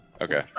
okay